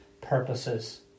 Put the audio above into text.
purposes